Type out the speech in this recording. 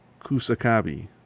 kusakabi